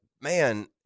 man